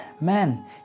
man